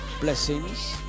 Blessings